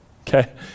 okay